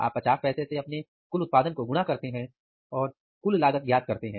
आप 50 पैसे से अपने कुल उत्पादन को गुणा करते हैं और कुल लागत ज्ञात करते हैं